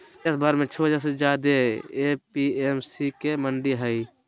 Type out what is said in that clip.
देशभर में छो हजार से ज्यादे ए.पी.एम.सी के मंडि हई